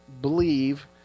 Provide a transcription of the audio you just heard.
believe